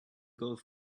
golf